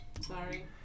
Sorry